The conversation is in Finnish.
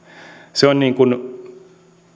se on